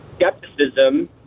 skepticism